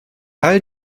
all